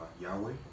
Yahweh